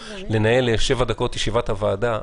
לנהל במשך שבע דקות את ישיבת הוועדה,